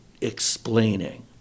explaining